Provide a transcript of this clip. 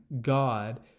God